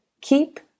Keep